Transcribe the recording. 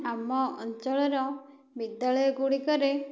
ଆମ ଅଞ୍ଚଳର ବିଦ୍ୟାଳୟ ଗୁଡ଼ିକରେ